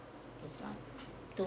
is not do